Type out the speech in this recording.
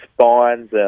spines